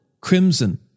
crimson